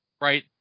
right